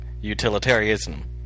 utilitarianism